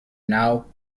now